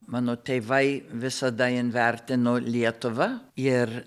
mano tėvai visada in vertino lietuva ir